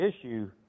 issue